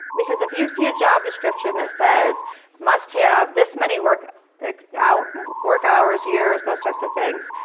because if you see a job description that says must have this many work yeah work hours, years, those types of things,